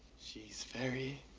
she's very,